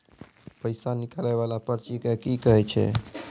पैसा निकाले वाला पर्ची के की कहै छै?